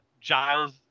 Giles